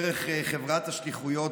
רבים מאיתנו הזמינו משלוחים דרך חברת השליחויות